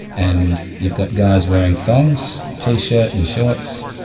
and you've got guys wearing thongs, t-shirt and shorts,